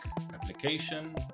application